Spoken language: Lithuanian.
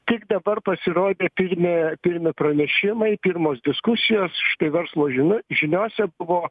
tik dabar pasirodė pirmi pirmi pranešimai pirmos diskusijos štai verslo žino žiniose buvo